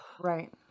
Right